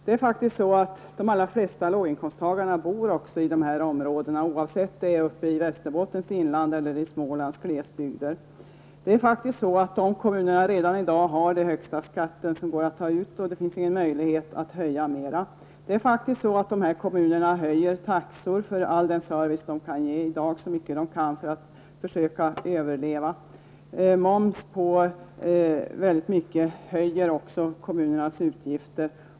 De allra flesta låginkomsttagare bor också i dessa områden, oavsett om det är fråga om Västerbottens inland eller Smålands glesbygder. Kommunerna där har redan i dag den högsta skatt som går att ta ut, och det finns ingen möjlighet att höja den mer. Dessa kommuner höjer i dag taxor så mycket de kan för den service de kan ge för att försöka överleva. Att det finns moms på många saker ökar också kommunernas utgifter.